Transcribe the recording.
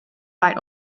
white